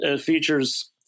features